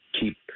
keep